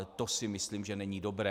To si myslím, že není dobré.